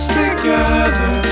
together